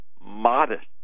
modest